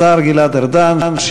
השר גלעד ארדן,